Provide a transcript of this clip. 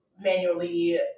manually